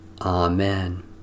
Amen